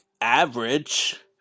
average